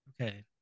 okay